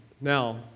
Now